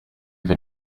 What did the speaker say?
have